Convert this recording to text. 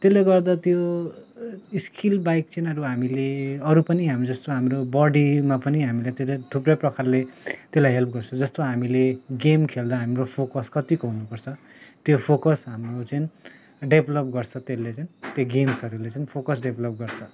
त्यसले गर्दा त्यो स्किलबाहेक चाहिँ हामीले अरू पनि हामी जस्तो हाम्रो बडीमा पनि हामीले त्यो त थुप्रै प्रकारले त्यसलाई हेल्प गर्छ जस्तो हामीले गेम खेल्दा हाम्रो फोकस कतिको हुनुपर्छ त्यो फोकस हाम्रो चाहिँ डेभलोप गर्छ त्यसले चाहिँ त्यो गेम्सहरूले चाहिँ फोकस डेभलप गर्छ